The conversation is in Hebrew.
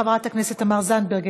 חברת הכנסת תמר זנדברג,